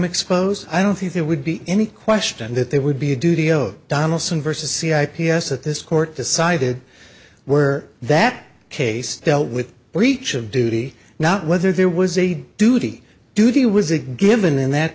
exposed i don't think it would be any question that there would be a duty oh donalson versa see i p s at this court decided where that case dealt with breach of duty not whether there was a duty duty was a given in that